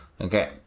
Okay